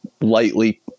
lightly